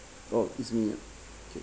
!wow! it's me uh okay